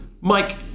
Mike